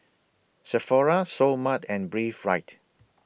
Sephora Seoul Mart and Breathe Right